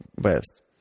best